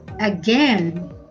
again